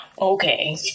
Okay